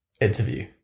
interview